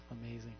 amazing